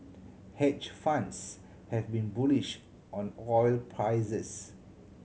hedge funds have been bullish on oil prices